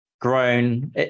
grown